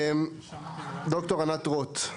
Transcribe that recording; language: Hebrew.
ד"ר ענת רוט.